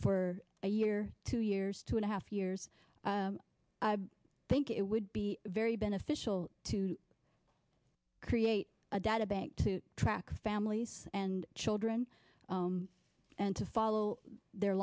for a year two years two and a half years i think it would be very beneficial to create a data bank to track families and children and to follow their